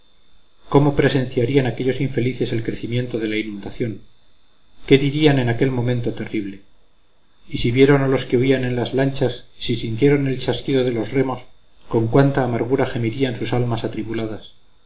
cómo presenciarían aquellos infelices el crecimiento de la inundación qué dirían en aquel momento terrible y si vieron a los que huían en las lanchas si sintieron el chasquido de los remos con cuánta amargura gemirían sus almas atribuladas